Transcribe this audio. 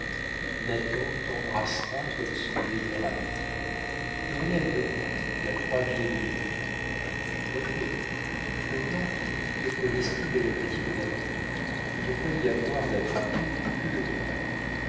nathan t'embrassera comme son meilleur ami dauriat est venu tu as trois billets de mille francs le tour est fait maintenant il te faut l'estime et l'amitié de nathan il ne doit y avoir d'attrapé que le libraire